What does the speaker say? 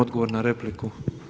Odgovor na repliku.